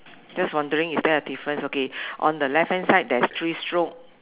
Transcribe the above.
just wondering is there a difference okay on the left hand side there's three stroke